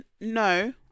No